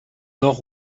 nord